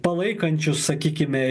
palaikančius sakykime